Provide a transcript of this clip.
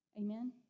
Amen